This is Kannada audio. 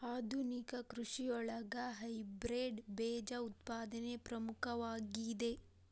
ಆಧುನಿಕ ಕೃಷಿಯೊಳಗ ಹೈಬ್ರಿಡ್ ಬೇಜ ಉತ್ಪಾದನೆ ಪ್ರಮುಖವಾಗಿದೆ